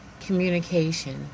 communication